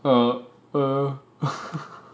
err